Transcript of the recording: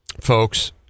folks